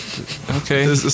Okay